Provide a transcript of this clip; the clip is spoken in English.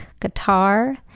guitar